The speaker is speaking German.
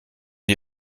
die